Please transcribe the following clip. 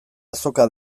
azoka